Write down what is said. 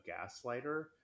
gaslighter